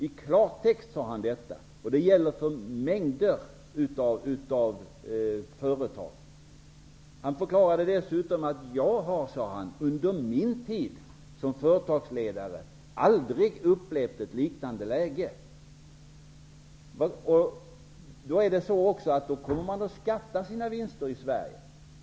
Han sade detta i klartext, och det gäller för mängder av företag. Han förklarade dessutom att han under sin tid som företagsledare aldrig hade upplevt ett liknande läge. Dessa företag kommer också att betala skatt på sina vinster i Sverige.